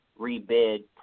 rebid